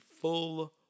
full